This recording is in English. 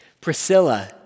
Priscilla